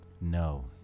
No